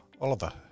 Oliver